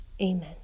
Amen